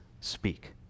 speak